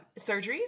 surgeries